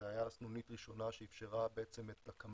זו היתה הסנונית הראשונה, שאפשרה את הקמת